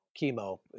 chemo